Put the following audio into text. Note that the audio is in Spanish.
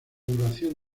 duración